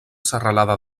serralada